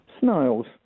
Snails